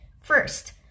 First